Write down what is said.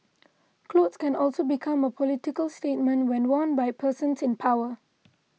clothes can also become a political statement when worn by persons in power